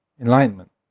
enlightenment